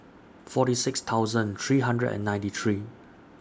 forty six thousand three hundred and ninety three